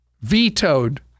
vetoed